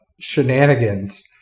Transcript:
shenanigans